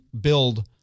build